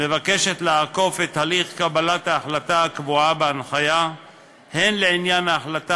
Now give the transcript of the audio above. מבקשת לעקוף את הליך קבלת ההחלטה הקבוע בהנחיה לעניין ההחלטה